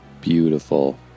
Beautiful